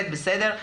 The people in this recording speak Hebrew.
בסדר,